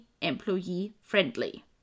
employee-friendly